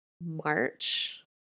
March